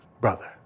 brother